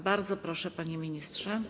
Bardzo proszę, panie ministrze.